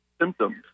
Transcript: symptoms